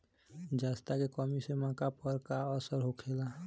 जस्ता के कमी से मक्का पर का असर होखेला?